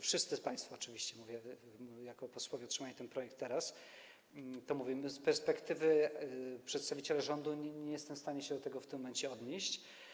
wszyscy państwo, oczywiście, jako posłowie otrzymali ten projekt teraz, to mówię: z perspektywy przedstawiciela rządu nie jestem w stanie się do tego w tym momencie odnieść.